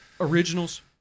originals